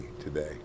today